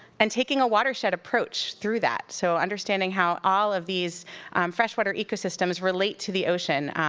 and taking a watershed approach through that, so understanding how all of these freshwater ecosystems relate to the ocean,